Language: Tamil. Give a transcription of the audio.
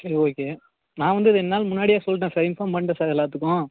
சரி ஓகே நான் வந்து ரெண்டு நாள் முன்னாடியே சொல்லிவிட்டேன் சார் இன்ஃபார்ம் பண்ணிவிட்டேன் சார் எல்லோத்துக்கும்